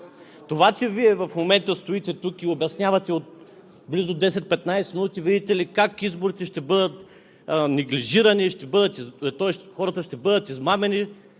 Това, че Вие в момента стоите тук и обяснявате от близо 10 – 15 минути, видите ли, как изборите ще бъдат неглижирани, хората ще бъдат измамени